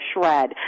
shred